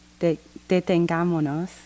Detengámonos